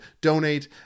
donate